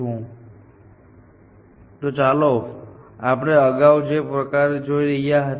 તેથી આ નવી સમસ્યા વિશે એવી રીતે વિચારી શકાય છે કે એક ડાયાગોનલ મૂવ્સ એક આડા અને એક ઉભા મૂવ્સને બદલી નાખે છે